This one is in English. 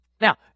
Now